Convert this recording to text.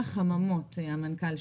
המנכ"ל,